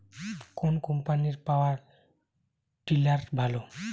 কোন কম্পানির power tiller ভালো?